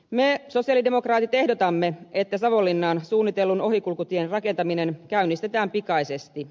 me sosialidemokraatit ehdotamme että savonlinnaan suunnitellun ohikulkutien rakentaminen käynnistetään pikaisesti